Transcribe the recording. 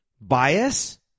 bias